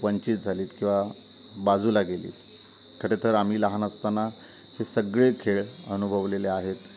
वंचित झालीत किंवा बाजूला गेलीत खरे तर आम्ही लहान असताना हे सगळे खेळ अनुभवलेले आहेत